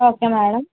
okay madam